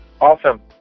awesome